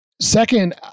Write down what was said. Second